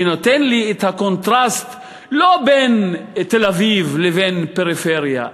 שנותן לי את הקונטרסט לא בין תל-אביב לבין הפריפריה,